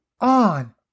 on